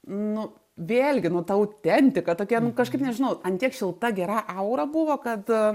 nu vėlgi nu ta autentika tokia nu kažkaip nežinau ant tiek šilta gera aura buvo kad